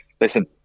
listen